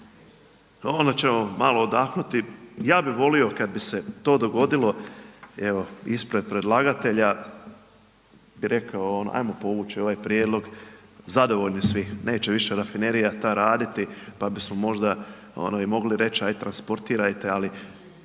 Onda ćemo malo odahnuti. Ja bi volio kada bi se to dogodilo, evo ispred predlagatelja bi rekao, ono ajmo povući ovaj prijedlog, zadovoljni svi neće više rafinerija ta raditi pa bismo možda i mogli reći ajde transportirajte ali